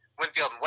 Winfield